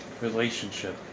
relationship